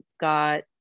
got